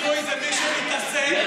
הזוי זה מי שמתעסק, שופטי בית המשפט העליון.